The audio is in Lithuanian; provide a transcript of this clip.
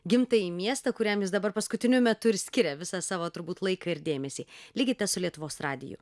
gimtąjį miestą kuriam jis dabar paskutiniu metu ir skiria visą savo turbūt laiką ir dėmesį likite su lietuvos radiju